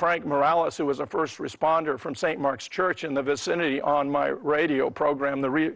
frank morale us it was a first responder from st mark's church in the vicinity on my radio program the real